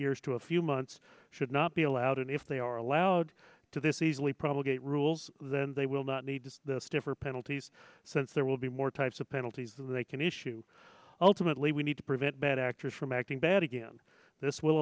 years to a few months should not be allowed and if they are allowed to this easily probably get rules then they will not need the stiffer penalties since there will be more types of penalties that they can issue ultimately we need to prevent bad actors from acting bad again this will